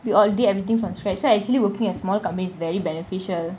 we all did everything from scratch right actually working at small companies is very beneficial